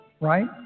right